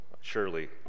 surely